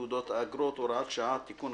תעודות ואגרות) (הוראת שעה) (תיקון),